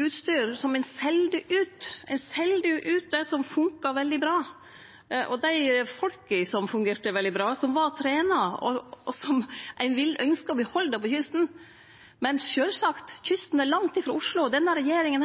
utstyr som ein selde ut – ein selde jo ut det som funka veldig bra – og til dei folka som fungerte veldig bra, som var trena, og som ein vil ynskje å behalde på kysten. Men sjølvsagt – kysten er langt ifrå Oslo, og denne regjeringa